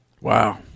Wow